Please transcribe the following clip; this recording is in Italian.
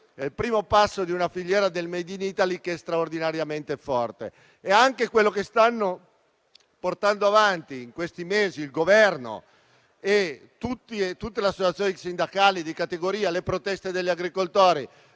il primo passo di una filiera del *made in Italy* che è straordinariamente forte. Anche quello che stanno portando avanti in questi mesi il Governo e tutte le associazioni sindacali di categoria, in risposta alle proteste degli agricoltori